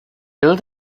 bill